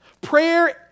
Prayer